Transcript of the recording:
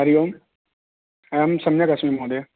हरि ओम् अहं सम्यगस्मि महोदय